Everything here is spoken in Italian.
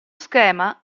schema